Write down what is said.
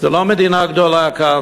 זה לא מדינה גדולה כאן,